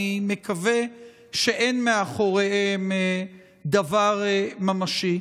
אני מקווה שאין מאחוריהם דבר ממשי,